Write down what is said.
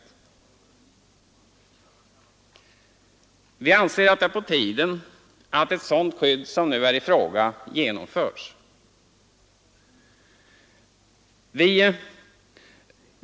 Vi anser att det är på tiden att ett sådant skydd som nu är i fråga genomförs.